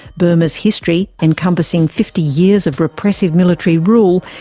burma's history, encompassing fifty years of repressive military rule,